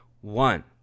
One